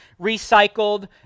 recycled